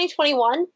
2021